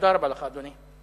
תודה רבה לך, אדוני.